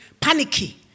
panicky